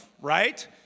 right